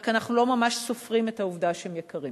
רק אנחנו לא ממש סופרים את העובדה שהם יקרים.